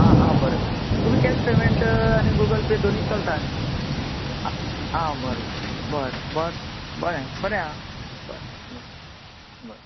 आं आं बरें बरें तुमी केश पेमेंन्ट गूगल पे दोनी चलता न्ही आं आं बरें बरें बरें तर बरें बरें आं बरें बरें बरें